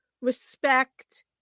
respect